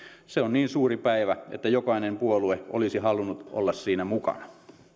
se on niin suuri päivä että jokainen puolue olisi halunnut olla siinä mukana